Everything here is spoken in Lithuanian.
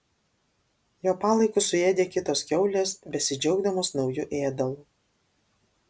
jo palaikus suėdė kitos kiaulės besidžiaugdamos nauju ėdalu